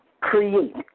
create